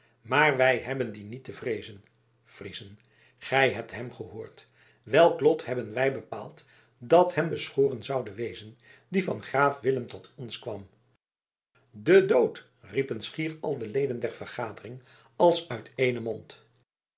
maar wij hebben dien niet te vreezen friezen gij hebt hem gehoord welk lot hebben wij bepaald dat hem beschoren zoude wezen die van graaf willem tot ons kwam de dood riepen schier al de leden der vergadering als uit éénen mond